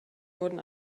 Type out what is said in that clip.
wurden